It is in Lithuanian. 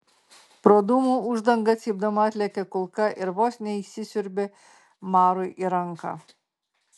pro dūmų uždangą cypdama atlėkė kulka ir vos neįsisiurbė marui į ranką